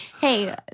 Hey